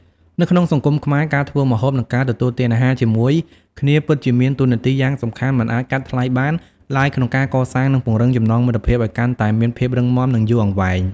នៅក្នុងសង្គមខ្មែរ ការធ្វើម្ហូបនិងការទទួលទានអាហារជាមួយគ្នាពិតជាមានតួនាទីយ៉ាងសំខាន់មិនអាចកាត់ថ្លៃបានឡើយក្នុងការកសាង និងពង្រឹងចំណងមិត្តភាពឲ្យកាន់តែមានភាពរឹងមាំនិងយូរអង្វែង។